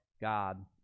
God